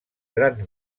grans